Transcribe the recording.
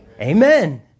amen